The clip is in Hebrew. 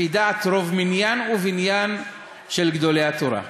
לפי דעת רוב מניין ובניין של גדולי התורה?